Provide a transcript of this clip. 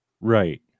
Right